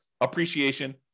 appreciation